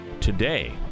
today